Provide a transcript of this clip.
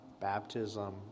baptism